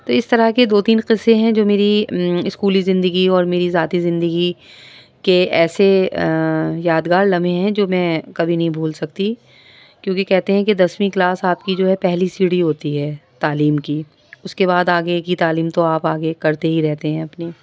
تو اس طرح کے دو تین قصے ہیں جو میری اسکولی زندگی اور میری ذاتی زندگی کے ایسے یادگار لمحے ہیں جو میں کبھی نہیں بھول سکتی کیونکہ کہتے ہیں کہ دسویں کلاس آپ کی جو ہے پہلی سیڑھی ہوتی ہے تعلیم کی اس کے بعد آگے کی تعلیم تو آپ آگے کرتے ہی رہتے ہیں اپنی